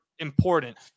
important